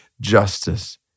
justice